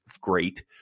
great